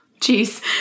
Jeez